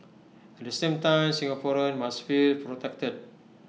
at the same time Singaporeans must feel protected